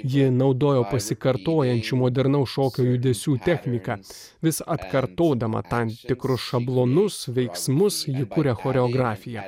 ji naudojo pasikartojančių modernaus šokio judesių techniką vis atkartodama tam tikrus šablonus veiksmus ji kuria choreografiją